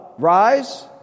Rise